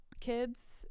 Kids